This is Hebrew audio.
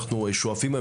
אנחנו שואפים היום,